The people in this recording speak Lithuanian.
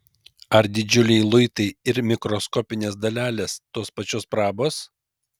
ar didžiuliai luitai ir mikroskopinės dalelės tos pačios prabos